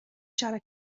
siarad